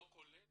לא כולל